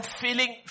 feeling